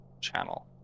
channel